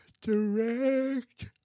Direct